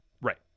Right